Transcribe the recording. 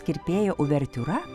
kirpėjo uvertiūra